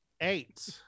Eight